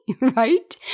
Right